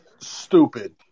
stupid